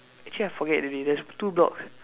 actually I forget already there's two blocks